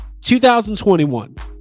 2021